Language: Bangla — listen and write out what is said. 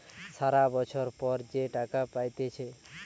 সারা বছর পর যে টাকা পাইতেছে